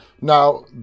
Now